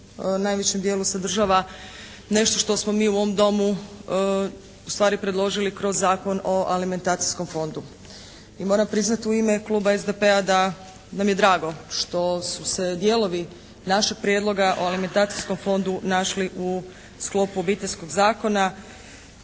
najvećem dijelu sadržava nešto što smo mi u ovom Domu ustvari predložili kroz Zakon o alimentacijskom fondu. I moram priznat u ime kluba SDP-a da nam je drago što su se dijelovi našeg Prijedloga o alimentacijskom fondu našli u sklopu Obiteljskog zakona